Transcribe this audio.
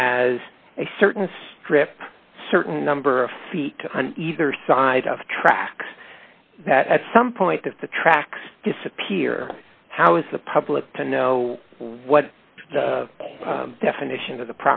as a certain a strip certain number of feet on either side of the tracks that at some point if the tracks disappear how is the public to know what the definition of the